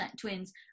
twins